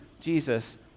Jesus